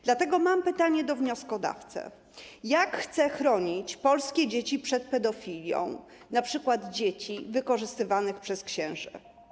Dlatego mam pytanie do wnioskodawcy: Jak chce pan chronić polskie dzieci przed pedofilią, np. dzieci wykorzystywane przez księży?